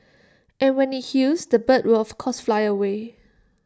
and when IT heals the bird would of course fly away